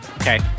Okay